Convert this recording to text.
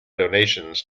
donations